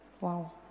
Wow